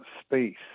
space